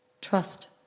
Trust